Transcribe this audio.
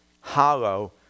hollow